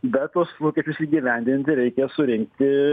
bet tuos lūkesčius įgyvendinti reikia surinkti